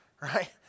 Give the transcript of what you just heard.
Right